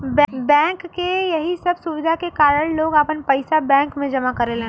bank के यही सब सुविधा के कारन लोग आपन पइसा बैंक में जमा करेलन